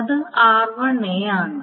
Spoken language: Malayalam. അത് r1 ആണ്